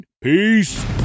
Peace